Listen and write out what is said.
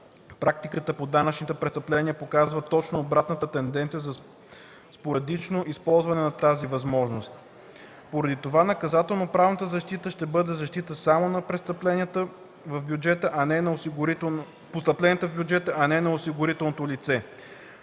практиката по данъчните престъпления показва точно обратната тенденция за спорадично използване на тази възможност. Поради това наказателноправната защита ще бъде защита само на постъпленията в бюджета, а не и на осигуреното лице.